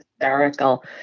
hysterical